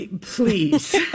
Please